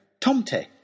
Tomte